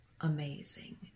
amazing